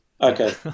okay